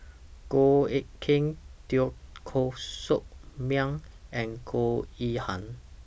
Goh Eck Kheng Teo Koh Sock Miang and Goh Yihan